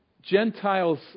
Gentiles